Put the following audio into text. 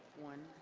one.